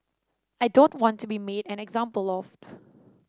I don't want to be made an example of